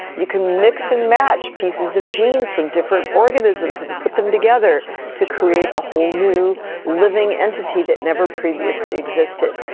you can mix and match pieces of genes from different organisms and put them together to create a whole new living entity that never previously existed.